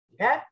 Okay